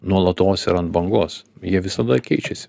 nuolatos yra ant bangos jie visada keičiasi